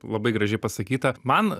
labai gražiai pasakyta man